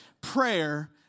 Prayer